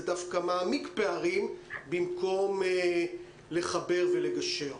דווקא מעמיק פערים במקום לחבר ולגשר.